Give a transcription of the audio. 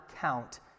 count